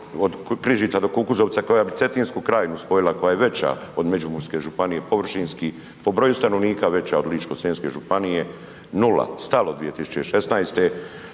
od Križica do Kukuzovca koja bi Cetinsku krajinu spojila, koja je veća od Međimurske županije površinski, po broju stanovnika veća od Ličko-senjske županije, nula. Stalo 2016.